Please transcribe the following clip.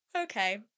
Okay